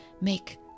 make